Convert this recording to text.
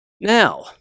Now